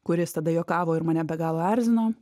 kuris tada juokavo ir mane be galo erzino